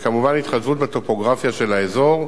וכמובן התחשבות בטופוגרפיה של האזור,